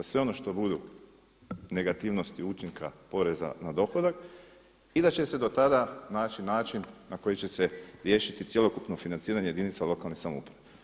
Sve ono što budu negativnosti učinka poreza na dohodak i da će se do tada naći način na koji će se riješiti cjelokupno financiranje jedinica lokalne samouprave.